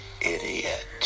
idiot